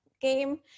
game